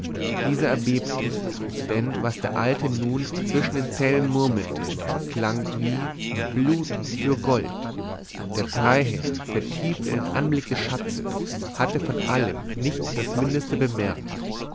dieser erbebte denn was der alte nun zwischen den zähnen murmelte klang wie blut für gold der freiherr vertieft in den anblick des schatzes hatte von allem nicht das mindeste bemerkt